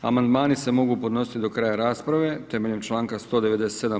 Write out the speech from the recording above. Amandmani se mogu podnositi do kraja rasprave temeljem članka 197.